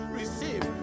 receive